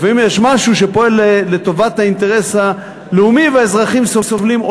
לפעמים יש משהו שפועל לטובת האינטרס הלאומי והאזרחים סובלים,